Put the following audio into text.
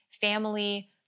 family